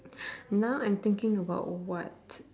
now I'm thinking about what